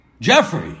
Jeffrey